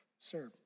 serve